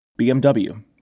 BMW